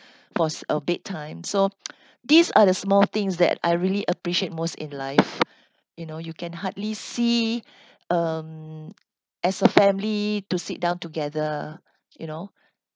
for uh bedtime so these are the small things that I really appreciate most in life you know you can hardly see um as a family to sit down together you know